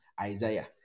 isaiah